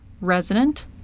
resident